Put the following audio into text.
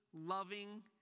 loving